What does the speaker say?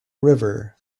river